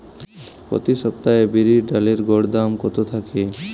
প্রতি সপ্তাহে বিরির ডালের গড় দাম কত থাকে?